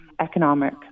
economic